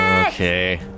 Okay